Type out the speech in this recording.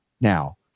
now